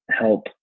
help